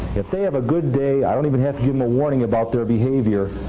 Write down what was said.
if they have a good day, i don't even have to give them a warning about their behavior,